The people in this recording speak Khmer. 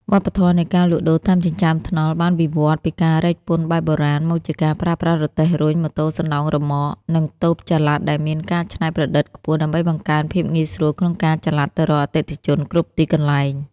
វប្បធម៌នៃការលក់ដូរតាមចិញ្ចើមថ្នល់បានវិវត្តន៍ពីការរែកពុនបែបបុរាណ មកជាការប្រើប្រាស់រទេះរុញ ម៉ូតូសណ្ដោងរ៉ឺម៉ក និងតូបចល័តដែលមានការច្នៃប្រឌិតខ្ពស់ ដើម្បីបង្កើនភាពងាយស្រួលក្នុងការចល័តទៅរកអតិថិជនគ្រប់ទីកន្លែង។